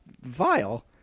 vile